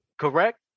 Correct